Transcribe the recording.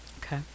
Okay